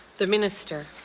the minister.